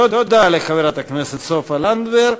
תודה לחברת הכנסת סופה לנדבר.